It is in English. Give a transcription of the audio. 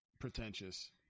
Pretentious